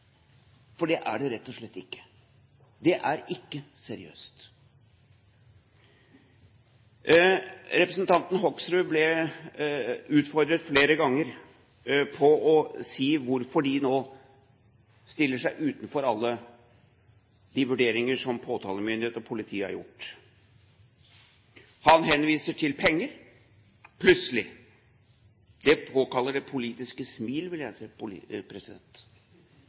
for det er det rett og slett ikke. Det er ikke seriøst. Representanten Hoksrud ble utfordret flere ganger til å si hvorfor de stiller seg utenfor alle de vurderinger som påtalemyndighet og politi har gjort. Han henviser til penger, plutselig. Det påkaller det politiske smil, vil jeg